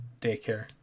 daycare